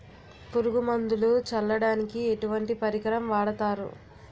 పురుగు మందులు చల్లడానికి ఎటువంటి పరికరం వాడతారు?